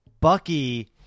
bucky